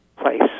place